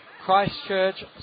Christchurch